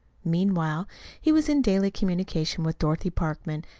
meanwhile he was in daily communication with dorothy parkman,